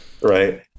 Right